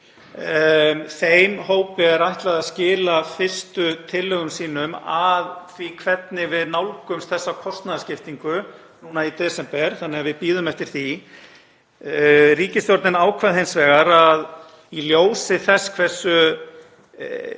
Þeim hópi er ætlað að skila fyrstu tillögum sínum að því hvernig við nálgumst þessa kostnaðarskiptingu núna í desember þannig að við bíðum eftir því. Ríkisstjórnin ákvað hins vegar, í ljósi þess hversu